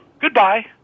goodbye